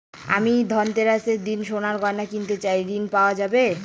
আমি ধনতেরাসের দিন সোনার গয়না কিনতে চাই ঝণ পাওয়া যাবে?